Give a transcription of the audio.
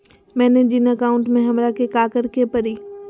मैंने जिन अकाउंट में हमरा के काकड़ के परी?